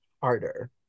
harder